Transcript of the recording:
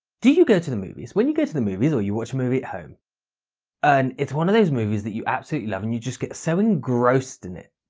do you go to the movies? when you go to the movies or you watch a movie at home and it's one of those movies that you absolutely love and you just get so engrossed in it,